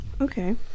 okay